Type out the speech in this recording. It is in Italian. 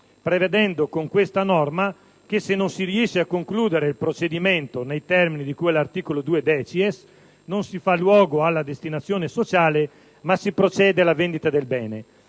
prevedendo con questa norma che, se non si riesce a concludere il procedimento nei termini di cui all'articolo 2-*decies*, non si fa luogo alla destinazione sociale, ma si procede alla vendita del bene.